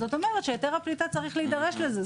זאת אומרת שהיתר הפליטה צריך להידרש לזה.